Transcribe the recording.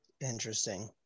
Interesting